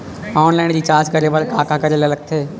Online recharge करे बर का का करे ल लगथे?